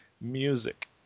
music